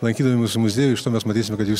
lankydami mūsų muziejų iš to mes matysime kad jūs